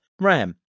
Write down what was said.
Ram